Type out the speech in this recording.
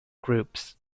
groups